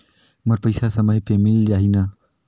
मोर पइसा समय पे मिल जाही न?